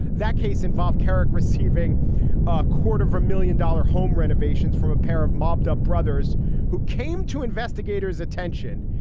that case involved kerik receiving a quarter of a million dollar home renovations from a pair of mobbed up brothers who came to investigators attention.